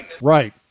Right